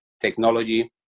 technology